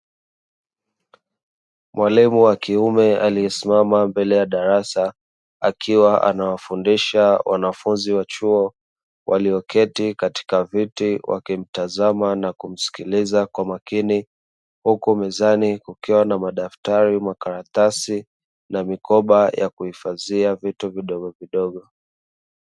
Mwalimu wa kiume aliyesimama mbele ya darasa akiwa anawafundisha wanafunzi wa chuo walio keti katika viti wakimtazama na kumsikiliza kwa makini huku mezani kukiwa na madaftari, makaratasi na mikoba ya kuhifadhia vitu vidogovidogo.